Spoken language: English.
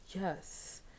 Yes